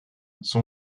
son